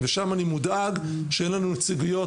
שם אני מודאג שאין לנו נציגויות,